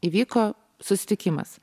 įvyko susitikimas